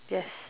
yes